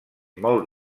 molt